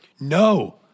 No